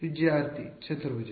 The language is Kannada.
ವಿದ್ಯಾರ್ಥಿ ಚತುರ್ಭುಜ